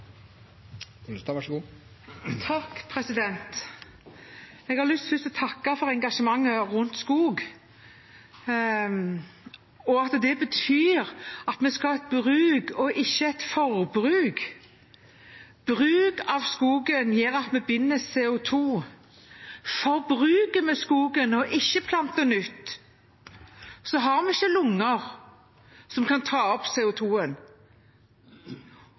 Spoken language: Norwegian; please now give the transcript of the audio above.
Jeg har først lyst til å takke for engasjementet for skogen. Det betyr at vi skal ha en bruk og ikke et forbruk. Bruk av skogen gjør at vi binder CO 2 . Forbruker vi skogen og ikke planter nytt, har vi ikke lunger som kan ta opp